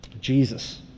Jesus